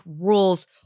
Rules